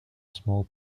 small